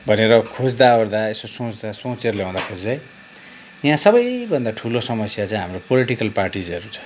भनेर खोज्दा वोर्दा यसो सोच्दा सोचेर ल्याउँदाखेरि चाहिँ यहाँ सबैभन्दा ठुलो समस्या चाहिँ हाम्रो पोल्टिकल पार्टीजहरू छ